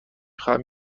خواهم